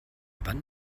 wann